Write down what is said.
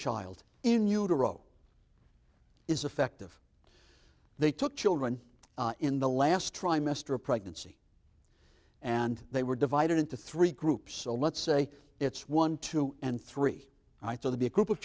child in utero is effective they took children in the last trimester of pregnancy and they were divided into three groups so let's say it's one two and three i thought to be a group of